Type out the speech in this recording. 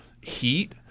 heat